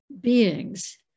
beings